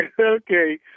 Okay